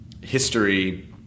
history